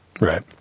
Right